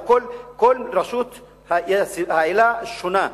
בכל רשות העילה שונה,